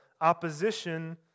opposition